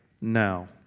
now